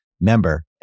Member